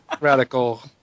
radical